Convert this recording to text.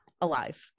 alive